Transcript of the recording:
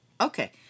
Okay